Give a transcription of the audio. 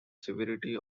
severity